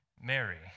Mary